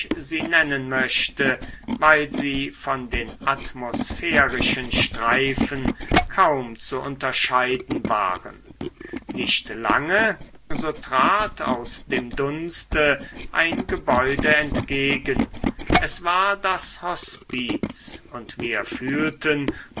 sie nennen möchte weil sie von den atmosphärischen streifen kaum zu unterscheiden waren nicht lange so trat aus dem dunste ein gebäude entgegen es war das hospiz und wir fühlten